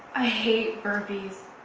i hate burpees